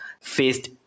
faced